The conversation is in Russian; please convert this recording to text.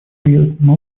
серьезным